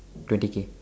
twenty k